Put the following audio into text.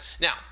now